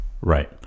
Right